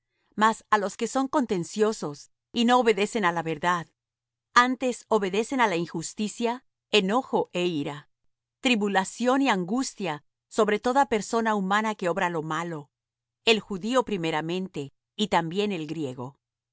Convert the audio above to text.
mas á los que son contenciosos y no obedecen á la verdad antes obedecen á la injusticia enojo é ira tribulación y angustia sobre toda persona humana que obra lo malo el judío primeramente y también el griego